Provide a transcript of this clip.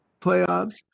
playoffs